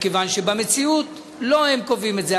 מכיוון שבמציאות לא הן קובעות את זה.